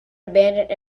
abandoned